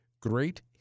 great